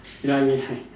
you know what I mean right